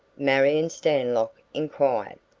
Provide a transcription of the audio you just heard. marion stanlock inquired.